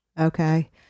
Okay